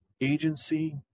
agency